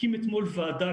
הקים אתמול ועדה,